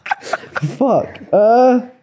Fuck